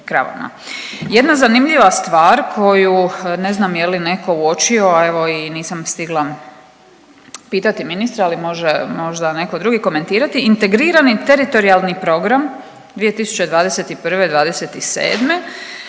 Jedna zanimljiva stvar koju ne znam je li neko uočio, a evo i nisam stigla pitati ministra, ali može možda neko drugi komentirati integrirani teritorijalni programa 2021.-'27.,